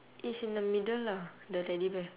is in the middle lah the teddy bear